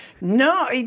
No